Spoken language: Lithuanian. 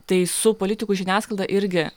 tai su politikų žiniasklaida irgi